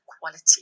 quality